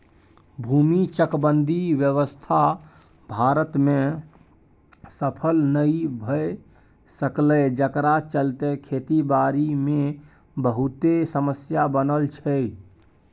भूमि चकबंदी व्यवस्था भारत में सफल नइ भए सकलै जकरा चलते खेती बारी मे बहुते समस्या बनल छै